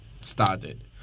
started